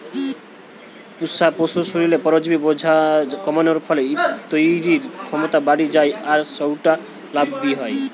পুশা পশুর শরীরে পরজীবি বোঝা কমানার ফলে তইরির ক্ষমতা বাড়ি যায় আর সউটা লাভ বি হয়